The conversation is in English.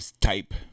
type